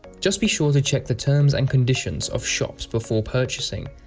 just be sure to check the terms and conditions of shops before purchasing.